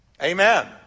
Amen